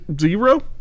zero